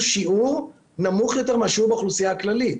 שיעור נמוך יותר מאשר באוכלוסייה הכללית.